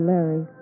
Larry